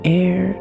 air